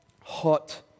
hot